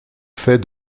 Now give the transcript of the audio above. fait